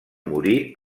morir